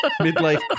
Midlife